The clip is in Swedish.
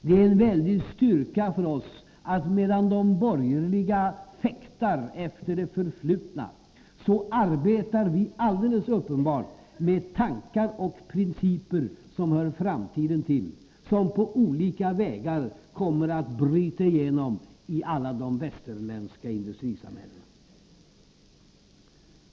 Det är en väldig styrka för oss att medan de borgerliga fäktar efter det förflutna, så arbetar vi alldeles uppenbart med tankar och principer som hör framtiden till, som på olika vägar kommer att bryta igenom i alla de västerländska industrisamhällena.